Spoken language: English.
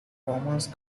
romans